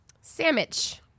Sandwich